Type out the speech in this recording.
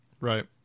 right